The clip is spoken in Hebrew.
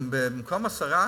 במקום השרה,